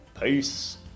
Peace